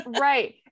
Right